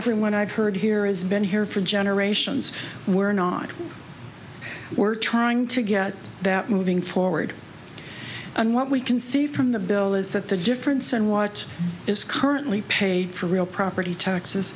everyone i've heard here is been here for generations and we're not we're trying to get that moving forward and what we can see from the bill is that the difference and what is currently paid for real property taxes